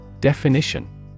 Definition